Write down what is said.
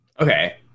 Okay